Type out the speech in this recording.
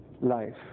life